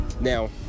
Now